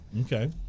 Okay